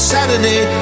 Saturday